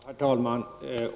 Herr talman!